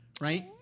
right